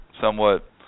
somewhat